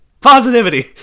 positivity